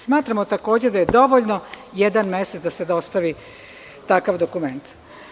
Smatramo, takođe, da je dovoljno jedan mesec da se dostavi takav dokument.